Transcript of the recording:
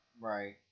Right